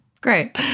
Great